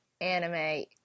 anime